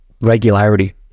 regularity